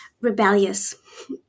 rebellious